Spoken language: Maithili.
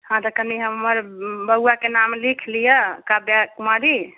हँ तऽ कनि हमरा बौआके नाम लिख लिअ काव्या कुमारी